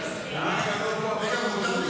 נתקבל.